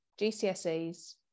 GCSEs